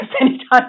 anytime